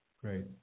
Great